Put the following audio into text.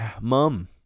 mum